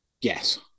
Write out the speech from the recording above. Yes